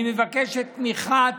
אני מבקש את תמיכת